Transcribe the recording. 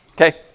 Okay